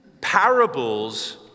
Parables